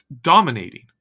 dominating